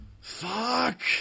Fuck